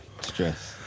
Stress